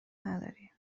نداری